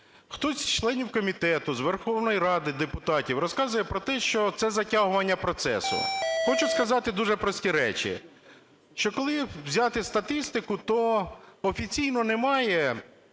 Хтось з членів комітету, з Верховної Ради депутатів розказує про те, що це затягування процесу. Хочу сказати дуже прості речі, що коли взяти статистику, то офіційно немає